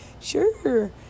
sure